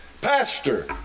pastor